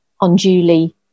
unduly